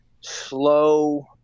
slow